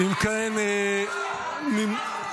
אנחנו מושכים את כל ההסתייגויות.